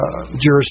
jurisdiction